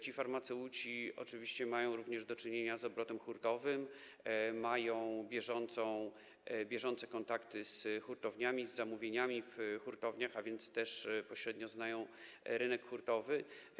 Ci farmaceuci oczywiście mają również do czynienia z obrotem hurtowym, mają bieżące kontakty z hurtowniami, z zamówieniami w hurtowniach, a więc też pośrednio znają rynek hurtowy.